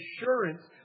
assurance